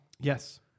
Yes